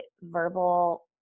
verbal